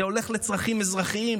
זה הולך לצרכים אזרחיים,